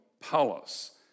palace